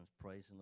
praising